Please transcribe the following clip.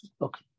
Okay